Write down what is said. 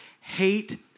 hate